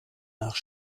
nach